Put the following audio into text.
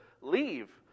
leave